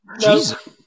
Jesus